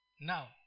Now